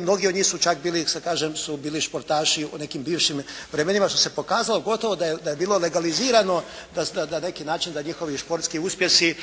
Mnogi od njih su čak bili športaši u nekim bivšim vremenima što se pokazalo gotovo da je bilo legalizirano na neki način da njihovi športski uspjesi